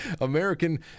American